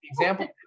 example